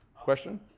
Question